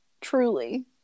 Truly